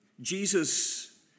Jesus